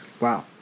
Wow